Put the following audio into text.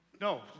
No